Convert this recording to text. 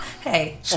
hey